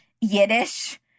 Yiddish